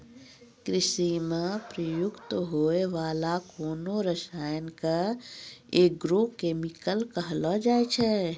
कृषि म प्रयुक्त होय वाला कोनो रसायन क एग्रो केमिकल कहलो जाय छै